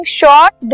short